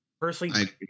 Personally